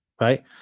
right